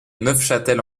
neufchâtel